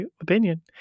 opinion